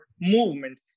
movement